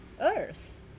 earth